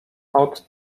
out